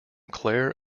clare